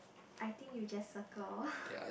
I think you just circle